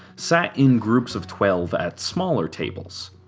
sat in groups of twelve at smaller tables.